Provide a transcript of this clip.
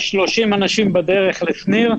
יש 30 אנשים בדרך לשניר,